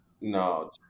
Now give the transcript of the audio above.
No